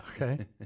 okay